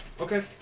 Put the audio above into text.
Okay